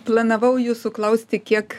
planavau jūsų klausti kiek